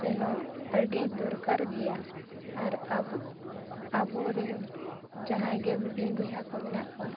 ᱥᱮᱱᱚᱜ ᱟᱹᱰᱤ ᱫᱚᱨᱠᱟᱨ ᱜᱮᱭᱟ ᱟᱨ ᱟᱵᱚ ᱟᱵᱚ ᱨᱮᱱ ᱡᱟᱦᱟᱸᱭ ᱜᱮ ᱦᱩᱰᱤᱧ ᱵᱚᱭᱦᱟ ᱠᱚ ᱢᱮᱱᱟᱜ ᱠᱚᱣᱟ